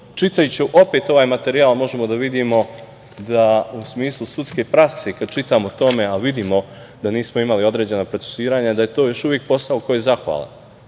čitajući opet ovaj materijal možemo da vidimo da u smislu sudske prakse kada čitam o tome vidim da nismo imali određena procesuiranja, da je to još uvek posao koji je zahvalan. Prema